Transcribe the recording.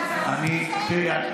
אתה מאמין לזה?